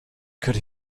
could